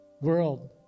world